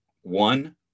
one